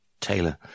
Taylor